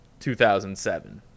2007